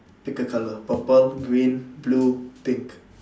pick a colour purple green blue pink